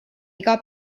iga